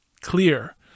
clear